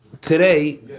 Today